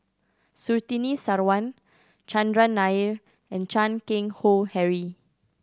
Surtini Sarwan Chandran Nair and Chan Keng Howe Harry